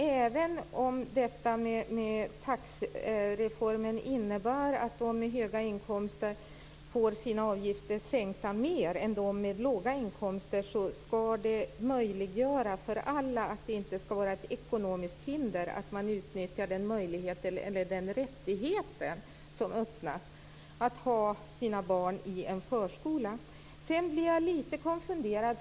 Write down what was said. Även om taxereformen innebär att de med höga inkomster får sina avgifter sänkta mer än de med låga inkomster, ska detta möjliggöra för alla att det inte ska vara ett ekonomiskt hinder att utnyttja den rättigheten som öppnas att ha sina barn i förskola. Jag blir lite konfunderad.